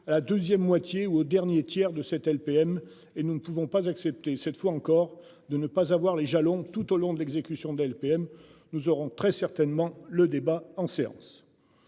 à la deuxième moitié ou au dernier tiers de cette LPM et nous ne pouvons pas accepter cette fois encore, de ne pas avoir les jalons tout au long de l'exécution d'LPM nous aurons très certainement le débat en séance.